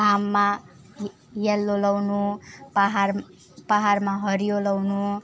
घाममा यल्लो लगाउनु पाहाड पाहाडमा हरियो लगाउनु